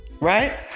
Right